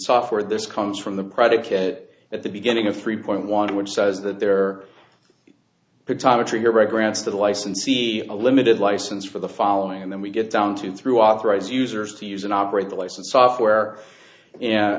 software this comes from the predicate at the beginning of three point one which says that there time to trigger reg rants to the license see a limited license for the following and then we get down to through authorized users to use and operate the license software and